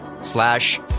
slash